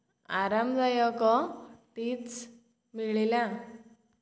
ଆରାମଦାୟକ ଟିଥର୍ସ୍ ମିଳିଲା